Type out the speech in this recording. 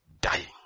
Dying